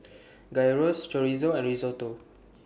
Gyros Chorizo and Risotto